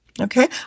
Okay